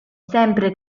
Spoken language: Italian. sempre